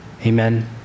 Amen